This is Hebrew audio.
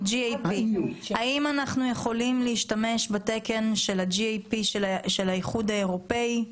האם אנחנו יכולים להשתמש בתקן של ה-GAP של האיחוד האירופאי?